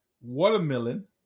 watermelon